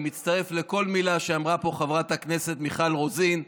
אני מצטרף לכל מילה שאמרה פה חברת הכנסת מיכל רוזין.